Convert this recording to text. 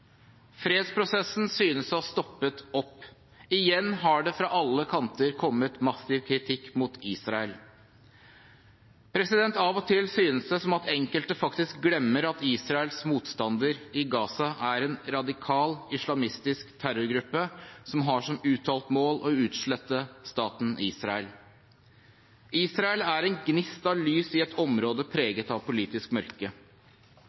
Fredsprosessen synes å ha stoppet opp. Igjen har det fra alle kanter kommet massiv kritikk mot Israel. Av og til synes det som at enkelte faktisk glemmer at Israels motstander i Gaza er en radikal islamistisk terrorgruppe som har som uttalt mål å utslette staten Israel. Israel er en gnist av lys i et område preget av politisk mørke.